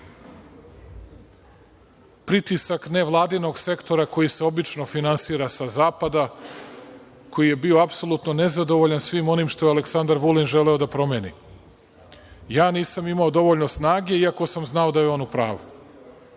pritisak nevladinog sektora koji se obično finansira sa zapada, koji je bio apsolutno nezadovoljan svim onim što je Aleksandar Vulin želeo da promeni. Ja nisam imao dovoljno snage, iako sam znao da je on u pravu.